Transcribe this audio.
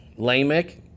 Lamech